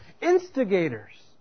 instigators